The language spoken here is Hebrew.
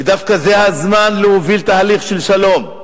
ודווקא זה הזמן להוביל תהליך של שלום,